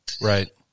Right